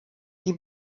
die